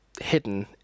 hidden